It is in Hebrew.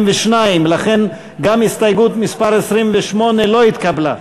42. לכן גם הסתייגות מס' 28 לא התקבלה.